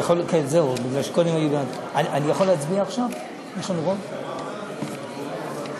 אבקשכם לאשר את הצעת החוק המונחת בפניכם בקריאה שנייה ובקריאה שלישית.